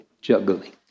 Juggling